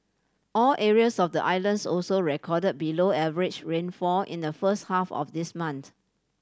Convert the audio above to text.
all areas of the islands also record below average rainfall in the first half of this month